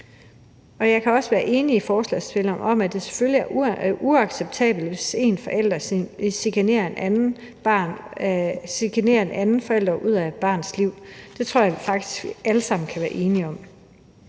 og jeg kan også være enig med forslagsstillerne i, at det selvfølgelig er uacceptabelt, hvis en forælder chikanerer en anden forælder, så denne forsvinder ud af et barns liv. Det tror jeg faktisk vi alle sammen kan være enige om.